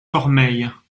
cormeilles